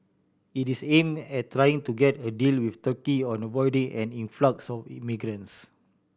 it is aimed at trying to get a deal with Turkey on avoiding an influx of migrants